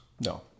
No